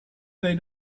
that